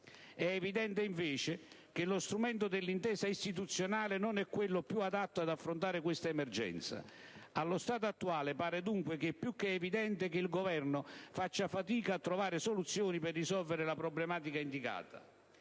È evidente, invece, che lo strumento dell'intesa istituzionale non è quello più adatto ad affrontare questa emergenza. Allo stato attuale, pare dunque più che evidente che il Governo faccia fatica a trovare soluzioni per risolvere la problematica indicata.